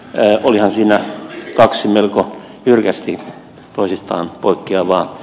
ja olihan siinä kaksi melko jyrkästi toisistaan poikkeava